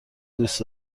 دوست